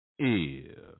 ear